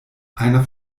einer